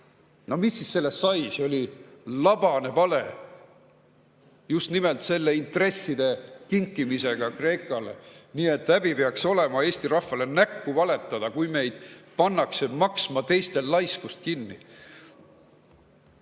mis siis sellest sai? See oli labane vale. Just nimelt selle intresside kinkimisega Kreekale. Nii et häbi peaks olema Eesti rahvale näkku valetada, kui meid pannakse maksma teiste laiskust kinni.